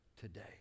today